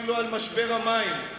אפילו על משבר המים,